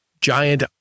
giant